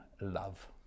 love